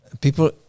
people